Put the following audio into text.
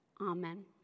Amen